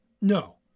No